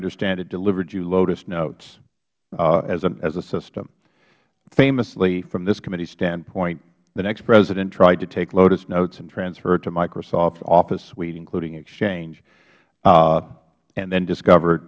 understand it delivered you lotus notes as a system famously from this committee's standpoint the next president tried to take lotus notes and transfer it to microsoft office suite including exchange and then discovered